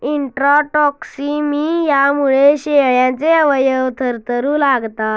इंट्राटॉक्सिमियामुळे शेळ्यांचे अवयव थरथरू लागतात